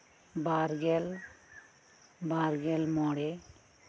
ᱵᱟᱨᱜᱮᱞ ᱵᱟᱨᱜᱮᱞ ᱢᱚᱬᱮ